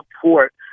support